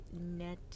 net